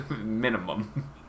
Minimum